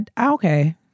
okay